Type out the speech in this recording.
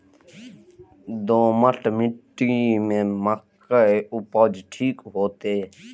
दोमट मिट्टी में मक्के उपज ठीक होते?